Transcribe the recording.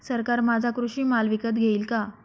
सरकार माझा कृषी माल विकत घेईल का?